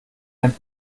ein